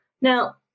Now